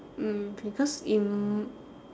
mm because in